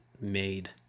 made